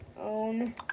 own